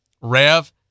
Rev